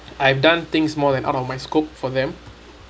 I have done things more than out of my scope for them